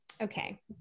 okay